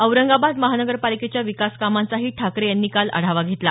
औरंगाबाद महानगरपालिकेच्या विकास कामांचाही ठाकरे यांनी काल आढावा घेतला